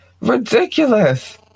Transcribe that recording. ridiculous